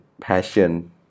passion